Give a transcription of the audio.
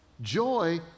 Joy